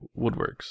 woodworks